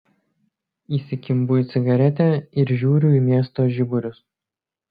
įsikimbu į cigaretę ir žiūriu į miesto žiburius